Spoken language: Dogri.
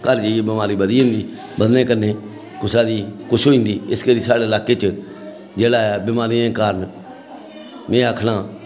घर जाइयै बमारी बधी जंदी बधनै कन्नै कुसै गी किछ होई जंदी इस करी साढ़े लाकै च जेल्लै बमारियें दे कारण में आखना